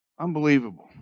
Unbelievable